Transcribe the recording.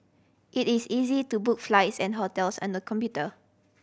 it is easy to book flights and hotels on the computer